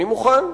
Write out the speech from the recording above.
אני מוכן.